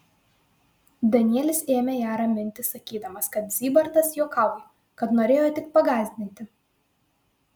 danielis ėmė ją raminti sakydamas kad zybartas juokauja kad norėjo tik pagąsdinti